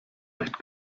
echt